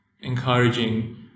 encouraging